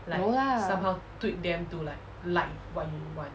no lah